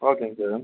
ஓகேங்க சார்